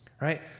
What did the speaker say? right